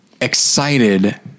excited